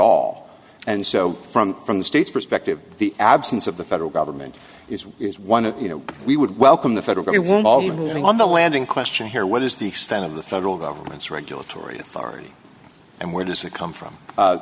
all and so from from the state's perspective the absence of the federal government is is one of you know we would welcome the federal reserve all the ruling on the landing question here what is the extent of the federal government's regulatory authority and where does it come from